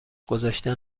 گذاشتن